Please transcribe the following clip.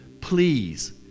please